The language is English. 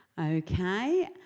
Okay